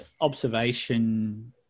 observation